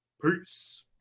Peace